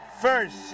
first